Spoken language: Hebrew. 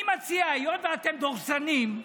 היות שאתם דורסניים,